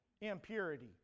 impurity